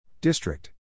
District